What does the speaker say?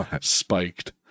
Spiked